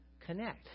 connect